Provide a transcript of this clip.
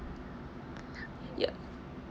yup